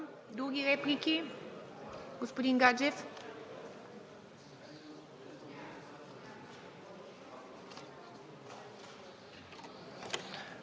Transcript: Други реплики? Господин Гаджев.